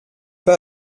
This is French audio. pas